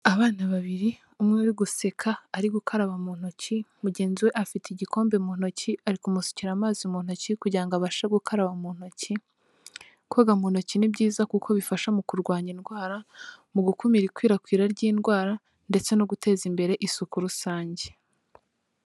Abana babiri umwe uri guseka ari gukaraba mu ntoki, mugenzi we afite igikombe mu ntoki ari kumusukira amazi mu ntoki kugira abashe gukaraba mu ntoki, koga mu ntoki ni byiza kuko bifasha mu kurwanya indwara, mu gukumira ikwirakwira ry'indwara ndetse no guteza imbere isuku rusange.